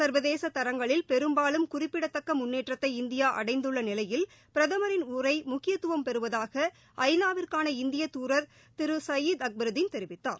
சர்வதேச தரங்களில் பெரும்பாலும் குறிப்பிடத்தக்க முன்னேற்றத்தை இந்தியா அடைந்துள்ள நிலையில் பிரதமரின் உரை முக்கியத்துவம் பெறுவதாக ஐநாவிற்கான இந்திய துதர் திரு சயீத் அக்பருதீன் தெரிவித்தார்